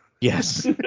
Yes